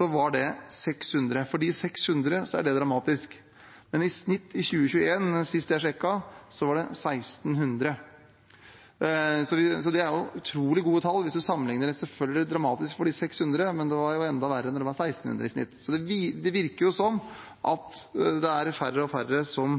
var 600. For de 600 er det dramatisk. Men i snitt i 2021, var det, sist jeg sjekket, 1 600. Det er utrolig gode tall. Hvis vi sammenlikner, er det selvfølgelig dramatisk for de 600, men det var enda verre da det var 1 600 i snitt. Det virker jo som om det er færre og færre som